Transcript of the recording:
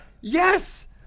Yes